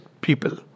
people